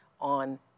on